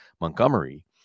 Montgomery